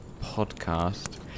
podcast